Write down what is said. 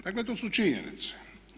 Dakle, to su činjenica.